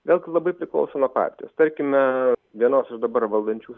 vėlgi labai priklauso nuo partijos tarkime vienos iš dabar valdančių